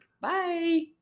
Bye